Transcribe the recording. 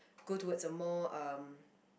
go towards a more um